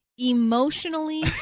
emotionally